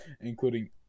including